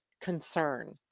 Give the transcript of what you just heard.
concern